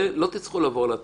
לא תצטרכו לעבור על התיקים.